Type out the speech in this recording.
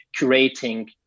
curating